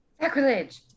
Sacrilege